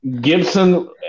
Gibson